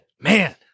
Man